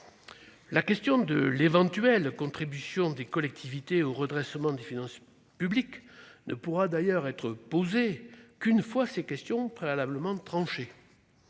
La question de l'éventuelle contribution des collectivités au redressement des finances publiques ne pourra être posée qu'une fois ces questions préalablement tranchées.